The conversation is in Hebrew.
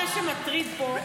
מה שמטריד פה,